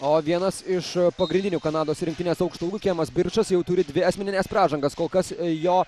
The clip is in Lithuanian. o vienas iš pagrindinių kanados rinktinės aukštaūgių kemas birčas jau turi dvi asmenines pražangas kol kas jo